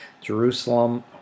Jerusalem